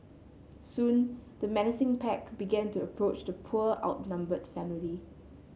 soon the menacing pack began to approach the poor outnumbered family